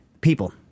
people